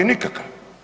Nikakav.